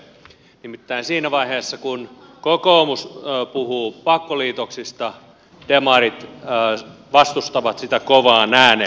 nimittäin siinä vaiheessa kun kokoomus puhuu pakkoliitoksista demarit vastustavat sitä kovaan ääneen